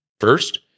first